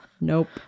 Nope